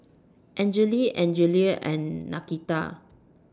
Angele Angelia and Nakita